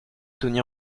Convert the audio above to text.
tenir